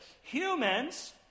Humans